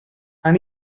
and